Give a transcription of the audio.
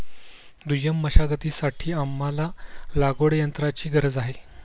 दुय्यम मशागतीसाठी आम्हाला लागवडयंत्राची गरज आहे